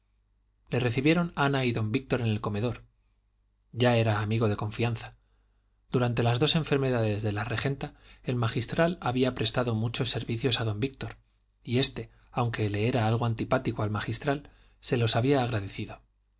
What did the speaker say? le recibieron ana y don víctor en el comedor ya era amigo de confianza durante las dos enfermedades de la regenta el magistral había prestado muchos servicios a don víctor y este aunque le era algo antipático el magistral se los había agradecido